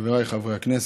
חבריי חברי הכנסת,